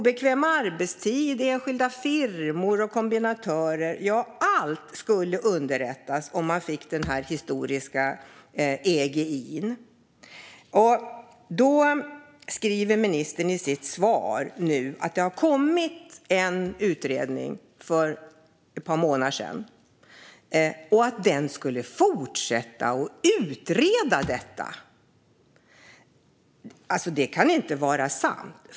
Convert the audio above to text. Obekväm arbetstid, enskilda firmor, kombinatörer - allt skulle underlättas om man fick historisk EGI. I sitt svar påpekar ministern att det för ett par månader sedan kom en utredning och att man skulle fortsätta att utreda detta. Det kan inte vara sant!